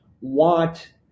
want